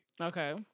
Okay